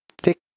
thick